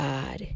God